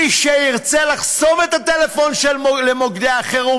מי שירצה לחסום את הטלפון למוקדי החירום,